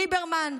ליברמן,